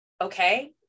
okay